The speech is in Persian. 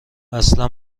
اصلا